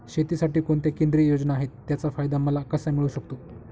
शेतीसाठी कोणत्या केंद्रिय योजना आहेत, त्याचा फायदा मला कसा मिळू शकतो?